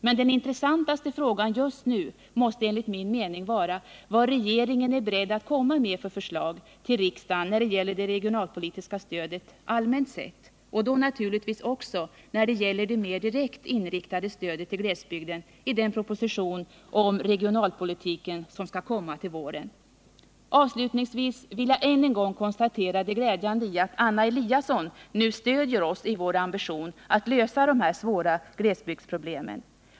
Men den intressantaste frågan just nu måste enligt min mening vara vilka förslag regeringen är beredd att förelägga riksdagen i 63 den proposition om regionalpolitiken som skall komma till våren. När det gäller det regionalpolitiska stödet allmänt sett och naturligtvis också när det gäller det mer direkt riktade stödet till glesbygden. Avslutningsvis vill jag än en gång konstatera det glädjande i att Anna Eliasson nu stöder oss i vår ambition att lösa dessa svåra glesbygdsproblem.